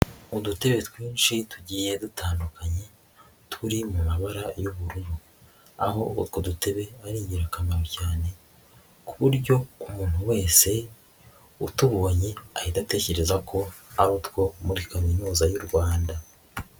Udutebe twinshi tugiye dutandukanye turi mu mabara y'ubururu, aho utwo dutebe ari ingirakamaro cyane ku buryo umuntu wese utubonye ahita atekereza ko ari utwo muri Kaminuza y'u Rwanda.